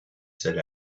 said